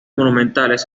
monumentales